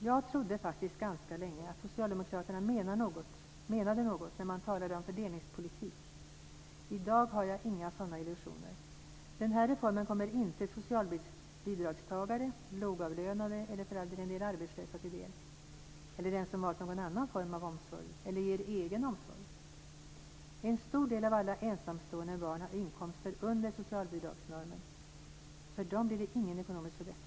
Jag trodde faktiskt ganska länge att socialdemokraterna menade något när man talade om fördelningspolitik. I dag har jag inga sådana illusioner. Den här reformen kommer inte socialbidragstagare, lågavlönade eller en del arbetslösa till del, eller den som valt någon annan form av omsorg eller ger egen omsorg. En stor del av alla ensamstående med barn har inkomster under socialbidragsnormen. För dem blir det ingen ekonomisk förbättring.